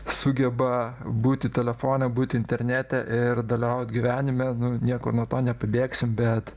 sugeba būti telefone būti internete ir dalyvaut gyvenime nu niekur nuo to nepabėgsim bet